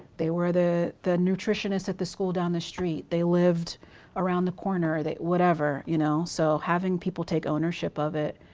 they were the the nutritionists at the school down the street. they lived around the corner, whatever. you know, so having people take ownership of it.